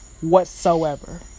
whatsoever